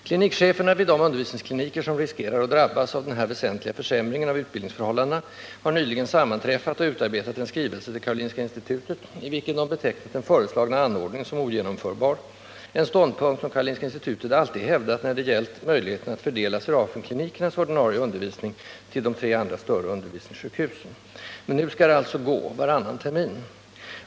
Klinikcheferna vid de undervisningskliniker som riskerar att drabbas av den här väsentliga försämringen av utbildningsförhållandena har nyligen sammanträffat och utarbetat en skrivelse till Karolinska institutet, i vilken de betecknat den föreslagna anordningen som ogenomförbar — en ståndpunkt som Karolinska institutet tidigare alltid hävdat när det gällt möjligheten att fördela Serafenklinikernas ordinarie undervisning till de andra tre större undervisningssjukhusen. Men nu skall det alltså gå — varannan termin.